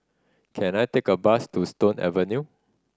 can I take a bus to Stone Avenue